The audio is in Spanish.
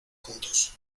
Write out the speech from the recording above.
juntos